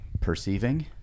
perceiving